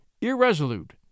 irresolute